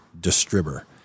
distributor